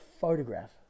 photograph